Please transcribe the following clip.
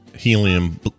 helium